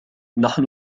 نحن